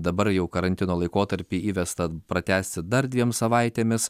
dabar jau karantino laikotarpį įvestą pratęsti dar dviem savaitėmis